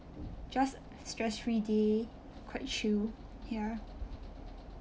just stress free day quite chill ya